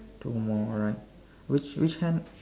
two more alright which which hand